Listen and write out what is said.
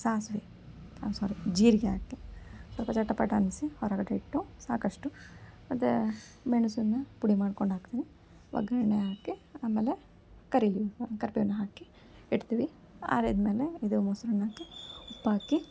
ಸಾಸ್ವೆ ಸಾರಿ ಜೀರಿಗೆ ಹಾಕಿ ಸ್ವಲ್ಪ ಚಟಪಟ ಅನ್ನಿಸಿ ಹೊರಗಡೆ ಇಟ್ಟು ಸಾಕಷ್ಟು ಮತ್ತು ಮೆಣಸನ್ನ ಪುಡಿ ಮಾಡ್ಕೊಂಡು ಹಾಕ್ತೀನಿ ಒಗ್ಗರಣೆ ಹಾಕಿ ಆಮೇಲೆ ಕರಿಬೇವು ಕರ್ಬೇವನ್ನ ಹಾಕಿ ಇಡ್ತೀವಿ ಆರಿದ ಮೇಲೆ ಇದು ಮೊಸರನ್ನಕ್ಕೆ ಉಪ್ಪಾಕಿ